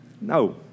No